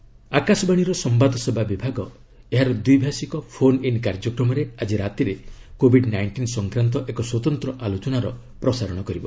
ମଷ୍ଟ announcement ଆକାଶବାଣୀର ସମ୍ଭାଦସେବା ବିଭାଗ ଏହାର ଦ୍ୱି ଭାଷିକ ଫୋନ୍ ଇନ୍ କାର୍ଯ୍ୟକ୍ରମରେ ଆଜି ରାତିରେ କୋବିଡ୍ ନାଇଷ୍ଟିନ୍ ସଂକ୍ରାନ୍ତ ଏକ ସ୍ୱତନ୍ତ୍ର ଆଲୋଚନାର ପ୍ରସାରଣ କରିବ